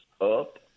up